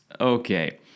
Okay